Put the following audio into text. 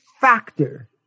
factor